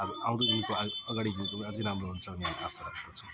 अब आउँदो दिनको आग अगाडिको दिनको अझ राम्रो हुन्छ भनी हामी आशा राख्दछौँ